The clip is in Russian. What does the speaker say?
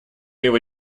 его